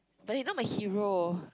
but he not my hero